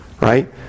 Right